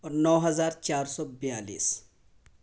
نو ہزار چار سو بیالیس